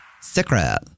Secret